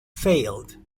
failed